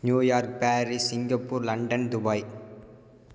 New York Paris Singapore London Dubai